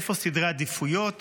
איפה סדרי עדיפויות